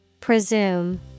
Presume